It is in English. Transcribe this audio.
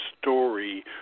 story